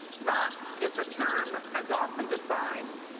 not if the term, as often defined,